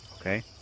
Okay